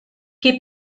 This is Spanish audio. qué